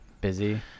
Busy